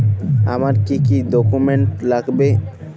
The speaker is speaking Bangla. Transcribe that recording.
আমার কি কি ডকুমেন্ট লাগবে?